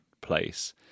place